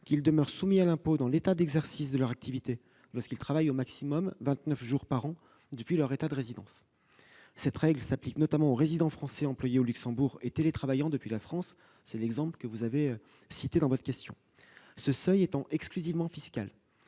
qu'ils demeurent soumis à l'impôt dans l'État d'exercice de leur activité lorsqu'ils travaillent au maximum vingt-neuf jours par an depuis leur État de résidence. Cette règle s'applique notamment aux résidents français employés au Luxembourg et télétravaillant depuis la France. C'est l'exemple que vous avez cité dans votre question. Ce seuil étant exclusivement fiscal,